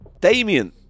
Damien